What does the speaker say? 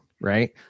right